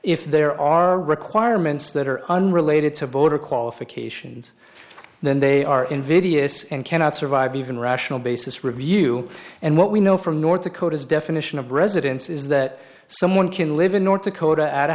if there are requirements that are unrelated to voter qualifications then they are invidious and cannot survive even rational basis review and what we know from north dakota's definition of residence is that someone can live in north dakota a